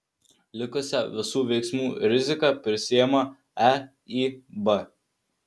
likusią visų veiksmų riziką prisiima eib